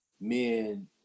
men